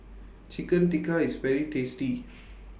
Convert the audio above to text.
Chicken Tikka IS very tasty